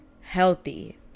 healthy